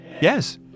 Yes